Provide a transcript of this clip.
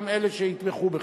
גם אלה שיתמכו בך.